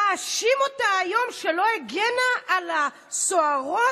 מאשים אותה היום שלא הגנה על הסוהרות